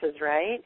right